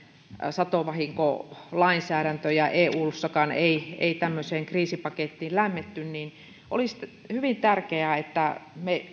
satovahinkolainsäädäntö ja eussakaan ei ei tämmöiseen kriisipakettiin lämmetty olisi hyvin tärkeää että me